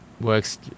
Works